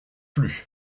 plus